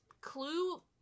Clue